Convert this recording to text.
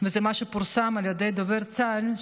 וזה מה שפורסם על ידי דובר צה"ל,